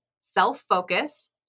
self-focus